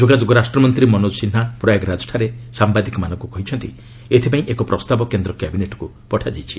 ଯୋଗାଯୋଗ ରାଷ୍ଟ୍ରମନ୍ତ୍ରୀ ମନୋକ ସିହ୍ନା ପ୍ରୟାଗରାଜଠାରେ ସାମ୍ବାଦିକମାନଙ୍କୁ କହିଛନ୍ତି ଏଥିପାଇଁ ଏକ ପ୍ରସ୍ତାବ କେନ୍ଦ୍ର କ୍ୟାବିନେଟ୍କୁ ପଠାଯାଇଛି